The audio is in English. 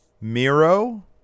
Miro